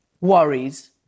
worries